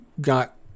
got